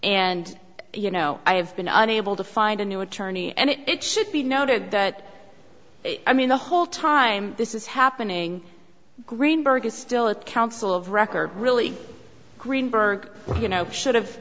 and you know i have been unable to find a new attorney and it should be noted that i mean the whole time this is happening greenberg is still at counsel of record really greenberg you know should have